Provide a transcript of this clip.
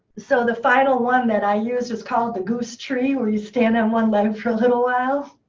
so the final one that i use is called the goose tree where you stand on one leg for a little while.